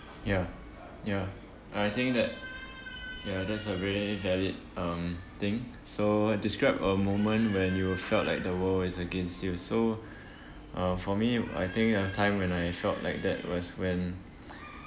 ya ya I think that ya that's a very valid um thing so describe a moment when you felt like the world is against you so uh for me I think a time when I felt like that was when